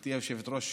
גברתי היושבת-ראש,